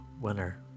winner